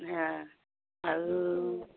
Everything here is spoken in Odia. ହଁ ଆଉ